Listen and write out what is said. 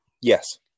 Yes